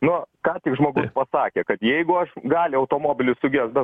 nu ką tik žmogus pasakė kad jeigu aš gali automobilis sugest dar